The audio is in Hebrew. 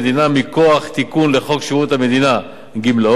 מכוח תיקון לחוק שירות המדינה (גמלאות),